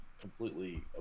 completely